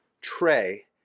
tray